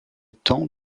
temps